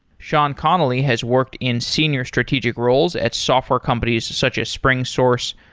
shaun connolly has worked in senior strategic roles at software companies such as springsource,